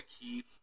Keith